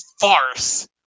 farce